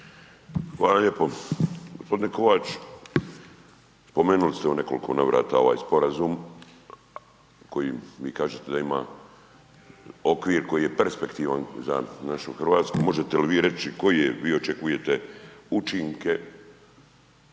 Hvala lijepo. G. Kovač. Spomenuli ste u nekoliko navrata ovaj Sporazum kojem vi kažete da ima okvir koji je perspektivan za našu Hrvatsku. Možete li vi reći koji je, vi očekujete učinke